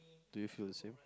do you feel the same